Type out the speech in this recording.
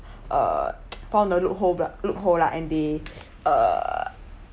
uh found a loophole bu~ loophole lah and they err